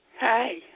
Hey